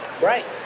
Right